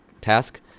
task